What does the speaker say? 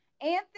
Anthony